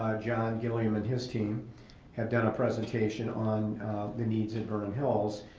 ah john gilliam and his team have done a presentation on the needs at vernon hills.